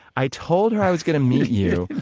i told her i was going to meet you.